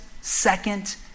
second